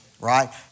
right